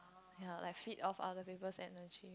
ye like feed off other people's energy